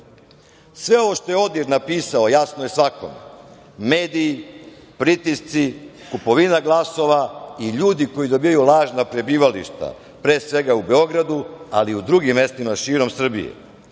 ovo što je ODIHR napisao jasno je svakome. Mediji, pritisci, kupovina glasova i ljudi koji dobijaju lažna prebivališta, pre svega u Beogradu, ali i u drugim mestima širom Srbije,